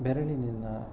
ಬೆರಳಿನಿಂದ